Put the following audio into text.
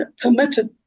permitted